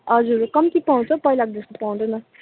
हजुर कम्ती पाउँछ पहिलाको जस्तो पाउँदैन